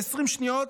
ב-20 שניות,